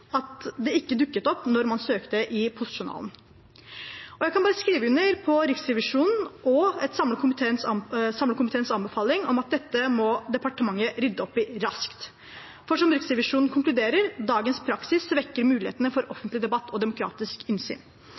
at det ikke dukket opp når man søkte i postjournalen. Jeg kan bare skrive under på Riksrevisjonens og en samlet komités anbefaling om at dette må departementet rydde opp i raskt. For som Riksrevisjonen konkluderer: Dagens praksis svekker mulighetene for offentlig debatt og demokratisk innsyn.